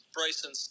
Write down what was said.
Bryson